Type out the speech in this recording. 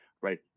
right